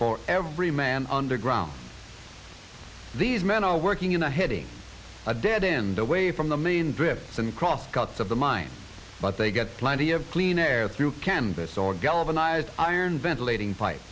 for every man underground these men are working in a hitting a dead in the way from the main drifts and cross cuts of the mind but they get plenty of clean air through kansas or galvanized iron ventilating